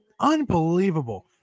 Unbelievable